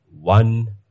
one